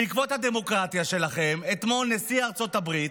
בעקבות הדמוקרטיה שלכם אתמול נשיא ארצות הברית,